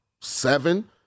seven